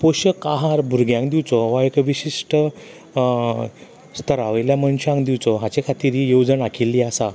पोशक आहार भुरग्यांक दिवचो हो एक विशिश्ट स्थरा वयल्यान मनश्यांक दिवचो हाचे खातीर ही येवजण आखिल्ली आसा